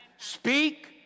Speak